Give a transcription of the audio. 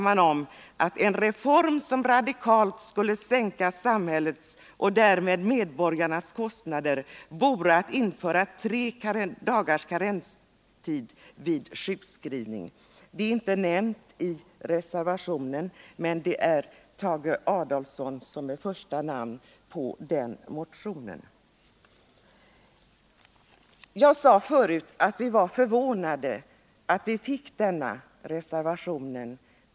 I motionen 1525 sägs nämligen att tre dagars karenstid vid sjukdom vore en reform som radikalt skulle sänka samhällets och därmed medborgarnas kostnader. Som första namn bakom motionen står Tage Adolfsson. Jag sade förut att vi var förvånade över denna reservation.